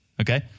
Okay